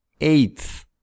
Eighth